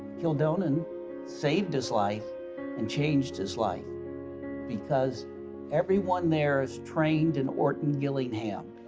kildonan saved his life and changed his life because everyone there is trained in orton-gillingham.